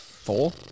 Four